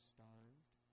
Starved